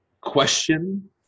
question